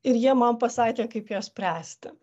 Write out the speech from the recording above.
ir jie man pasakė kaip ją spręsti